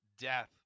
death